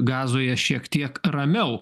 gazoje šiek tiek ramiau